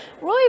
Roy